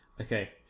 Okay